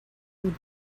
you